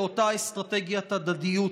לאותה אסטרטגיית הדדיות,